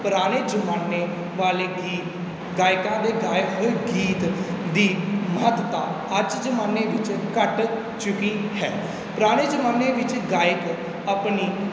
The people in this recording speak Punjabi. ਪੁਰਾਣੇ ਜ਼ਮਾਨੇ ਵਾਲੇ ਗੀਤ ਗਾਇਕਾਂ ਦੇ ਗਾਏ ਹੋਏ ਗੀਤ ਦੀ ਮਹੱਤਤਾ ਅੱਜ ਜ਼ਮਾਨੇ ਵਿੱਚ ਘੱਟ ਚੁੱਕੀ ਹੈ ਪੁਰਾਣੇ ਜ਼ਮਾਨੇ ਵਿੱਚ ਗਾਇਕ ਆਪਣੀ